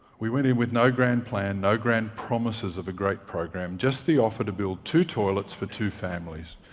we went in with no grand plan, no grand promises of a great program, just the offer to build two toilets for two families.